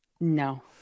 No